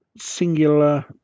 Singular